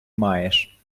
маєш